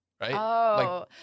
right